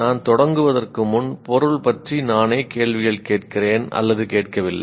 நான் தொடங்குவதற்கு முன் பொருள் பற்றி நானே கேள்விகள் கேட்கிறேன் கேட்கவில்லை